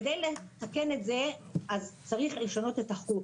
כדי לתקן את זה, צריך לשנות את החוק.